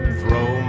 Throw